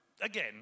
again